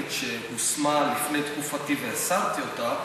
טכנית שהושמה לפני תקופתי והסרתי אותה,